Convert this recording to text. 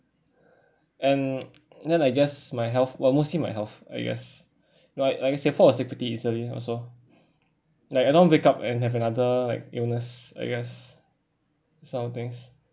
and then I guess my health well mostly my health I guess like no like I said fall a sick pretty easily also like I don't want wake up and have another like illness I guess some of things